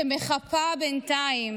שמחפה בינתיים